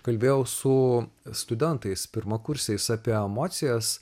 kalbėjau su studentais pirmakursiais apie emocijas